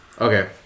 Okay